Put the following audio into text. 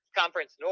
conference